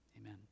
Amen